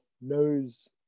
knows